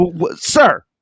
sir